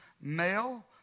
male